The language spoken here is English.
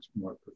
more